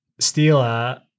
Stila